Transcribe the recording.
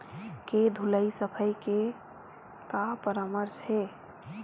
के धुलाई सफाई के का परामर्श हे?